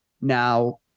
Now